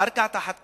קרקע תחת קרקע,